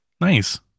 nice